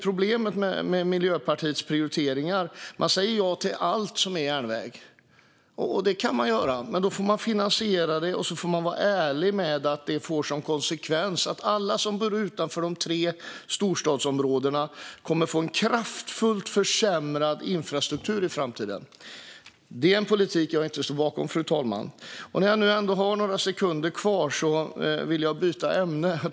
Problemet med Miljöpartiets prioriteringar är att man säger ja till allt som är järnväg. Det kan man göra. Men då får man finansiera det och vara ärlig med att konsekvensen blir att alla som bor utanför de tre storstadsområdena kommer att få kraftfullt försämrad infrastruktur i framtiden. Det är en politik som jag inte står bakom, fru talman. Jag tackar för god debatt. Men när jag ändå har några sekunder kvar vill jag byta ämne.